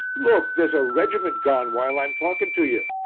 look! there's a regiment gone while i'm talking to ye.